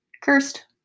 Cursed